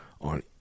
on